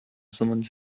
someone